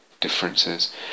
differences